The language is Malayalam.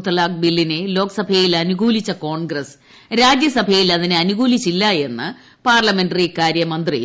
മുത്തലാഖ് ബില്ലിനെ ലോകസഭയിൽ അനുകൂലിച്ച കോൺഗ്രസ് രാജ്യസഭയിൽ അതീനെ അനുകൂലിച്ചില്ല എന്ന് പാർലമെന്ററി കാര്യ വകുപ്പ് മുന്ത്രി